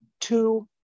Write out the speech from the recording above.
two